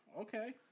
okay